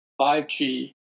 5G